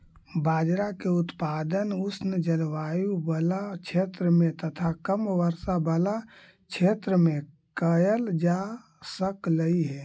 बाजरा के उत्पादन उष्ण जलवायु बला क्षेत्र में तथा कम वर्षा बला क्षेत्र में कयल जा सकलई हे